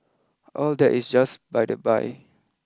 all that is just by the by